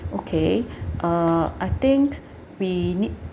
okay uh I think we need